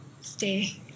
stay